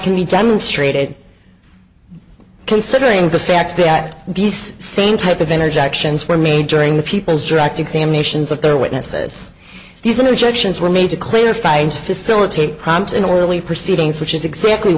can be demonstrated considering the fact that these same type of energy actions for me during the people's direct examinations of their witnesses he's an injections were made to clarify and facilitate prompt an orderly proceedings which is exactly